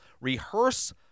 rehearse